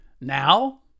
Now